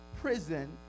prison